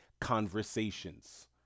conversations